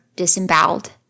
Disemboweled